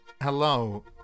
Hello